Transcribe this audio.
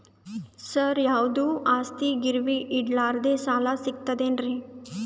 ಸರ, ಯಾವುದು ಆಸ್ತಿ ಗಿರವಿ ಇಡಲಾರದೆ ಸಾಲಾ ಸಿಗ್ತದೇನ್ರಿ?